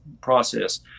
process